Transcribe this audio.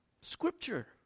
Scripture